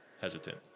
hesitant